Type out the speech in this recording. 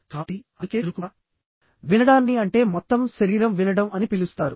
కాబట్టి అందుకే చురుకుగా వినడాన్ని అంటే మొత్తం శరీరం వినడం అని పిలుస్తారు